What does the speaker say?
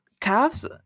calves